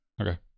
okay